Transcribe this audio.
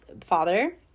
father